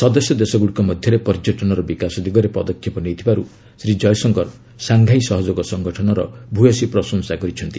ସଦସ୍ୟ ଦେଶଗୁଡ଼ିକ ମଧ୍ୟରେ ପର୍ଯ୍ୟଟନର ବିକାଶ ଦିଗରେ ପଦକ୍ଷେପ ନେଇଥିବାରୁ ଶ୍ରୀ ଜୟଶଙ୍କର ସାଙ୍ଘାଇ ସହଯୋଗ ସଙ୍ଗଠନର ଭ୍ୟସୀ ପ୍ରଶଂସା କରିଛନ୍ତି